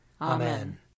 Amen